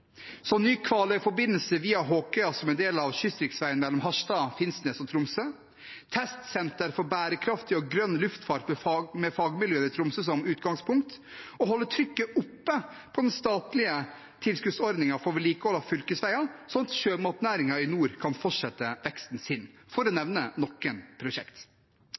via Håkøya som en del av kystriksveien mellom Harstad, Finnsnes og Tromsø, testsenter for bærekraftig og grønn luftfart med fagmiljøene i Tromsø som utgangspunkt, og å holde trykket oppe på den statlige tilskuddsordningen for vedlikehold av fylkesveier, slik at sjømatnæringen i nord kan fortsette veksten sin – for å nevne noen prosjekt.